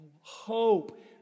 hope